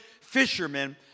fishermen